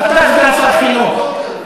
אתה צריך להיות נגד אלימות.